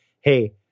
Hey